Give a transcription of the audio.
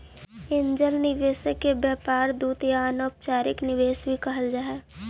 angel निवेशक के व्यापार दूत या अनौपचारिक निवेशक भी कहल जा हई